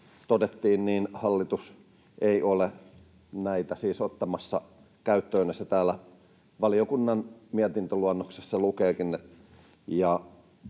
todettiin, hallitus ei ole näitä siis ottamassa käyttöön. Näin täällä valiokunnan mietintöluonnoksessa lukeekin.